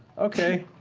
okay,